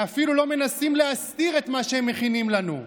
ואפילו לא מנסים להסתיר את מה שהם מכינים לנו: